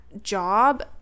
job